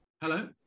Hello